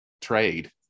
trade